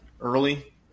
early